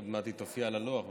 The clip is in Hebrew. עוד מעט היא תופיע על הלוח בטח,